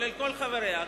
כל חבריה,